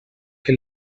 que